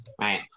right